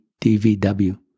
DVW